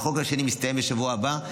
והחוק השני מסתיים בשבוע הבא,